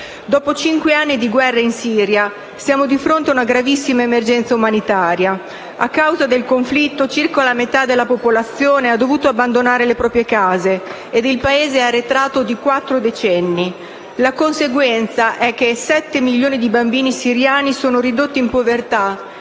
Dopo cinque anni di guerra in Siria siamo di fronte a una gravissima emergenza umanitaria. A causa del conflitto in Siria circa la metà della popolazione ha dovuto abbandonare le proprie case e il Paese è arretrato di quattro decenni. La conseguenza è che 7 milioni di bambini siriani sono ridotti in povertà